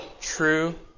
true